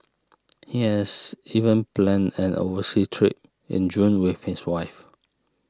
he has even planned an overseas trip in June with his wife